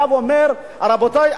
בא ואומר: רבותי,